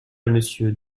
monsieur